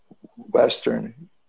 Western